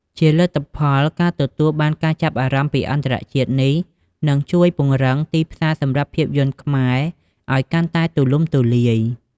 ជាលទ្ធផល ការទទួលបានការចាប់អារម្មណ៍ពីអន្តរជាតិ នេះនឹង ជួយពង្រីកទីផ្សារសម្រាប់ភាពយន្តខ្មែរ ឱ្យកាន់តែទូលំទូលាយ។